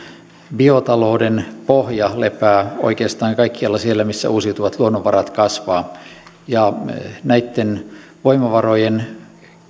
biotalouden pohja lepää oikeastaan kaikkialla siellä missä uusiutuvat luonnonvarat kasvavat ja näitten voimavarojen